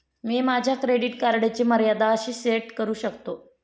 मी माझ्या क्रेडिट कार्डची मर्यादा कशी सेट करू शकतो?